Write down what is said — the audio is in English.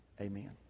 amen